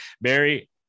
Barry